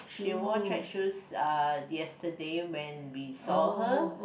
she wore track shoes uh yesterday when we saw her